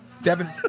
Devin